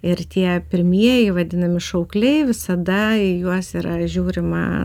ir tie pirmieji vadinami šaukliai visada į juos yra žiūrima